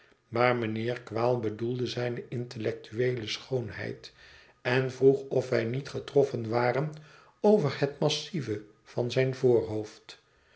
maar mijnheer quale bedoelde zijne intellectueele schoonheid en vroeg of wij niet getroffen waren over het massieve van zijn voorhoofd